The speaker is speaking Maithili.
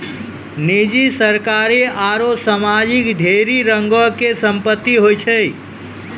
निजी, सरकारी आरु समाजिक ढेरी रंगो के संपत्ति होय छै